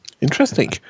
Interesting